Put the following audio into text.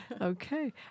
Okay